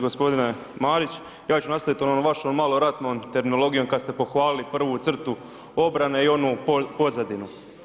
G. Marić, ja ću nastaviti onom vašom malo ratnom terminologijom kad ste pohvalili prvu crtu obrane i onu pozadinu.